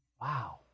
Wow